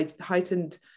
heightened